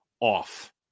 off